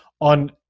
on